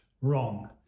wrong